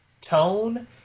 tone